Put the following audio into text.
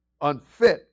unfit